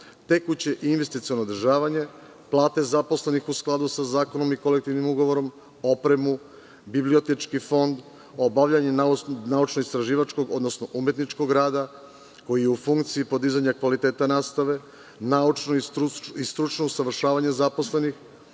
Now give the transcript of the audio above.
tekuće i investiciono održavanje, plate zaposlenih u skladu sa zakonom i kolektivnim ugovorom, opremu, bibliotečki fond, obavljanje naučno-istraživačkog odnosno umetničkog rada koji je u funkciji podizanja kvaliteta rasprave, naučno i stručno usavršavanje zaposlenih,